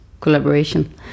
collaboration